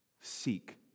Seek